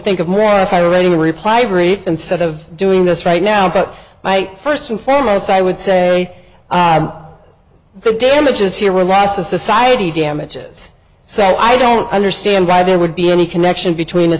think of more if i really reply brief instead of doing this right now but my first and foremost i would say the damages here were loss to society damages so i don't understand why there would be any connection between a